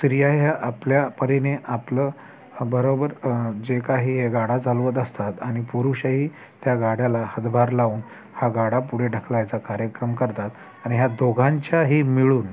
श्रीया ह्या आपल्या परीने आपलं बरोबर जे काही गाडा चालवत असतात आणि पुरुषही त्या गाड्याला हातभार लावून हा गाडा पुढे ढकलायचा कार्यक्रम करतात आणि ह्या दोघांच्याही मिळून